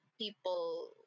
people